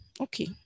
Okay